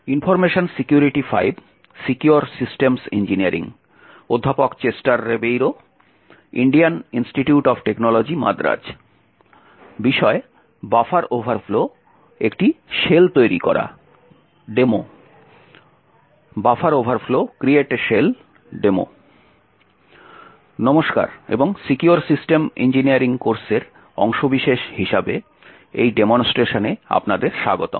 নমস্কার এবং secure system engineering কোর্সের অংশবিশেষ হিসাবে এই ডেমনস্ট্রেশনে আপনাদের স্বাগতম